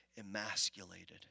emasculated